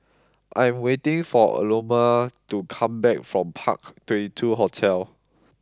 I am waiting for Aloma to come back from Park Twenty Two Hotel